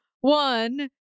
one